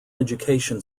education